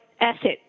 asset